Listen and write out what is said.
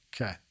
Okay